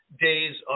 days